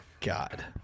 God